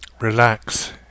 Relax